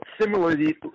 similarly